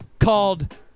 Called